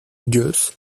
ellos